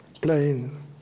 playing